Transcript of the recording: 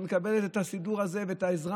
היא מקבלת את הסידור הזה ואת העזרה